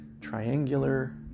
triangular